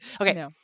Okay